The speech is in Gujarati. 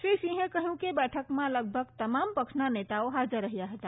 શ્રી સિંહે કહ્યું કે બેઠકમાં લગભગ તમામ પક્ષના નેતાઓ હાજર રહ્યા હતા